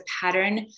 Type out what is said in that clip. pattern